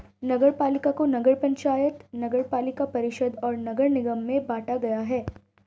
नगरपालिका को नगर पंचायत, नगरपालिका परिषद और नगर निगम में बांटा गया है